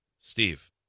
Steve